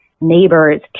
neighbors